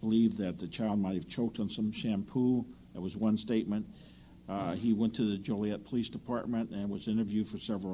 believed that the child might have choked on some shampoo it was one statement he went to the juliet police department and was interviewed for several